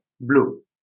Blue